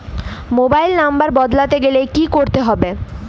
Mobile নম্বর বদলাতে গেলে কি করতে হবে?